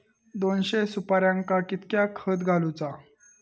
दोनशे सुपार्यांका कितक्या खत घालूचा?